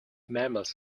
mammals